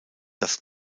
das